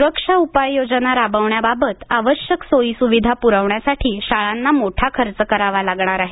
सुरक्षा उपाययोजना राबवण्याबाबत आवश्यक सोयी सुविधा प्रविण्यासाठी शाळांना मोठा खर्च करावा लागणार आहे